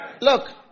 Look